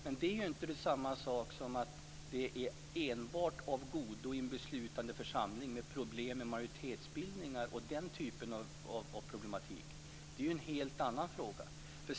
Men det är ju inte samma sak som att det enbart är av godo i en beslutande församling som har problem med majoritetsbildningar och liknande problem. Det är ju en helt annan fråga.